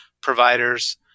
providers